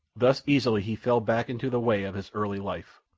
thus easily he fell back into the way of his early life,